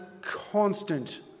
constant